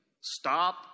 Stop